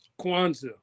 Kwanzaa